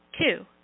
Two